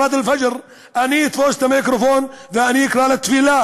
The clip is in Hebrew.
(אומר בערבית: תפילת השחר,) אני אתפוס את המיקרופון ואני אקרא לתפילה.